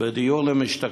כבר זוכה בדיור למשתכן,